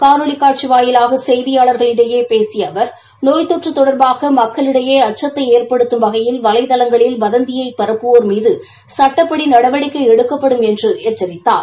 காணொலி காட்சி வாயிலாக செய்தியாளர்களிடையே பேசி அவர் நோய் தொற்று தொடர்பாக மக்களிடையே அச்சத்தை ஏற்படுத்தும் வகையில் வலைதளங்களில் வதந்தியை பரப்புவோா் மீது சுட்டப்படி நடவடிக்கை எடுக்கப்படும் என்று எச்சரித்தார்